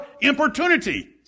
importunity